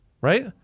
right